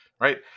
right